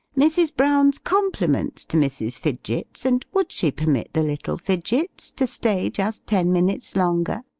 mrs. brown's compliments to mrs. fidgets, and would she permit the little fidgets to stay just ten minutes longer?